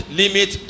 limit